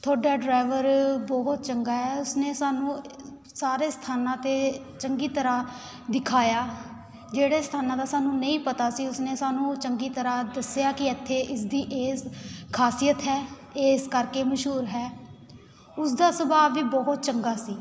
ਤੁਹਾਡਾ ਡਰਾਈਵਰ ਬਹੁਤ ਚੰਗਾ ਹੈ ਉਸਨੇ ਸਾਨੂੰ ਸਾਰੇ ਸਥਾਨਾਂ 'ਤੇ ਚੰਗੀ ਤਰ੍ਹਾਂ ਦਿਖਾਇਆ ਜਿਹੜੇ ਸਥਾਨਾਂ ਦਾ ਸਾਨੂੰ ਨਹੀਂ ਪਤਾ ਸੀ ਉਸਨੇ ਸਾਨੂੰ ਉਹ ਚੰਗੀ ਤਰ੍ਹਾਂ ਦੱਸਿਆ ਕਿ ਇੱਥੇ ਇਸਦੀ ਇਸ ਖਾਸੀਅਤ ਹੈ ਇਹ ਇਸ ਕਰਕੇ ਮਸ਼ਹੂਰ ਹੈ ਉਸ ਦਾ ਸੁਭਾਅ ਵੀ ਬਹੁਤ ਚੰਗਾ ਸੀ